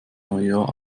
neujahr